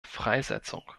freisetzung